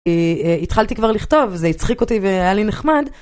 התחלתי כבר לכתוב, זה הצחיק אותי והיה לי נחמד.